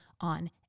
on